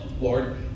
Lord